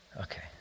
okay